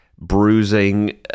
bruising